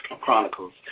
Chronicles